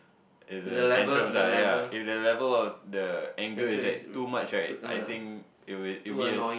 is the tantrum are yea if the level of the anger is like too much right I think it will it'll be a